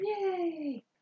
yay